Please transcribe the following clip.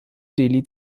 delhi